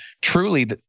truly